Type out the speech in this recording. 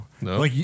No